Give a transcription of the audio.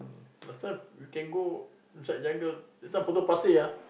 got some you can go inside jungle inside Potong Pasir ah